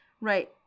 Right